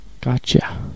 Gotcha